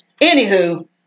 Anywho